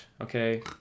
okay